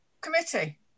committee